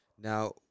Now